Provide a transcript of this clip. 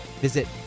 visit